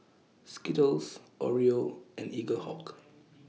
Skittles Oreo and Eaglehawk